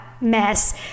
mess